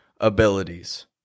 abilities